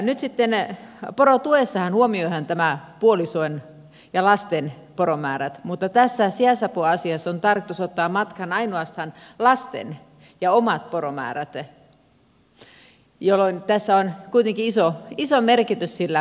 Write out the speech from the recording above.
nyt sitten porotuessahan huomioidaan puolison ja lasten poromäärät mutta tässä sijaisapuasiassa on tarkoitus ottaa matkaan ainoastaan lasten ja omat poromäärät jolloin tässä on kuitenkin iso merkitys sillä asialla